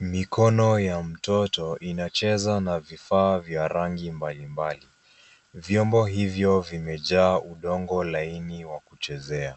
Mikono ya mtoto inacheza na vifaa vya rangi mbalimbali. Vyombo hivyo vimejaa udongo laini wa kuchezea,